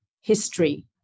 history